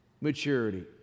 maturity